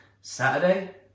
Saturday